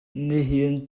nihin